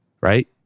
Right